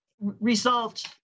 result